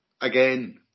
again